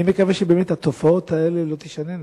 אני מקווה שבאמת התופעות האלה לא יישנו.